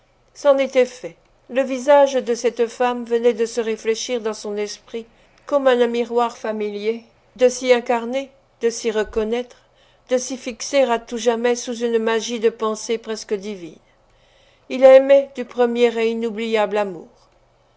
c'en était fait le visage de cette femme venait de se réfléchir dans son esprit comme en un miroir familier de s'y incarner de s'y reconnaître de s'y fixer à tout jamais sous une magie de pensées presque divines il aimait du premier et inoubliable amour